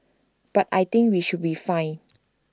but I think we should be fine